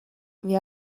wir